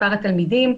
מספר התלמידים,